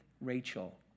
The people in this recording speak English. Rachel